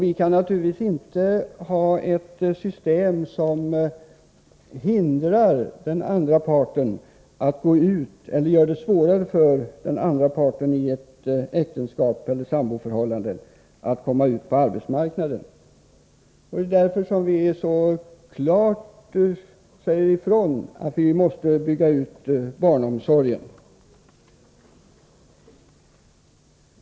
Vi kan naturligtvis inte ha ett system som hindrar eller gör det svårare för den ena parten i ett äktenskap eller ett samboförhållande att komma ut på arbetsmarknaden. Det är därför som vi så klart säger ifrån att barnomsorgen måste byggas ut.